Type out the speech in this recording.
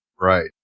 Right